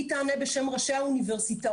היא תענה בשם ראשי האוניברסיטאות.